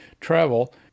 travel